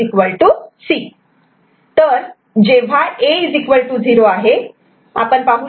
C आणि 0